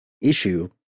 issue